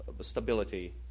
stability